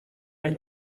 ein